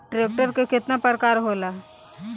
Tractor के केतना प्रकार होला?